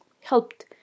helped